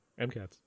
mcats